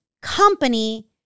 company